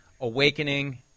awakening